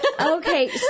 Okay